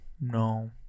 No